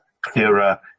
clearer